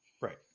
right